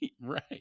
Right